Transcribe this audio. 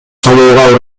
салууга